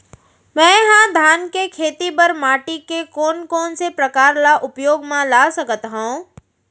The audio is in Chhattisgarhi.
मै ह धान के खेती बर माटी के कोन कोन से प्रकार ला उपयोग मा ला सकत हव?